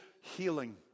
healing